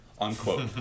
unquote